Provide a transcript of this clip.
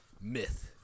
myth